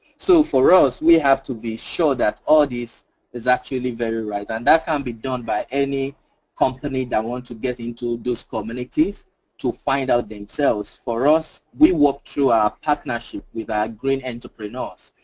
so for us we have to be sure that all this is actually very right, and that can be done by any company that wants to get into those communities to find out themselves. for us we work through our partnership with our green entrepreneurs.